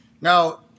Now